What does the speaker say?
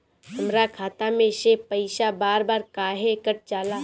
हमरा खाता में से पइसा बार बार काहे कट जाला?